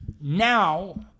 Now